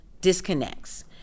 disconnects